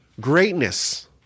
greatness